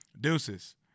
Deuces